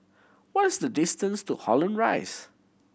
what is the distance to Holland Rise